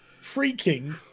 freaking